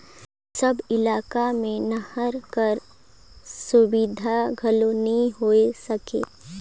सब इलाका मे नहर कर सुबिधा घलो नी होए सके